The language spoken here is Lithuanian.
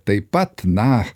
taip pat na